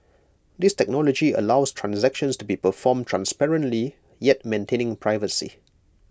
this technology allows transactions to be performed transparently yet maintaining privacy